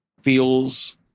feels